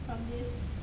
from this